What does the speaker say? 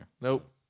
Nope